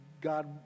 God